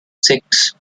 six